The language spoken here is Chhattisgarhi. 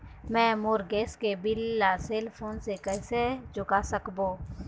मैं मोर गैस के बिल ला सेल फोन से कइसे चुका सकबो?